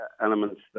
elements